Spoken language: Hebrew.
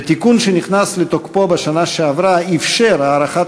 ותיקון שנכנס לתוקפו בשנה שעברה אפשר את הארכת